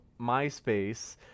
MySpace –